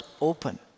open